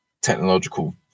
technological